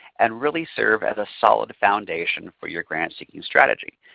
and really serve as a solid foundation for your grant seeking strategy.